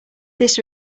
this